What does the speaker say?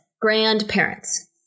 grandparents